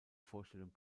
vorstellung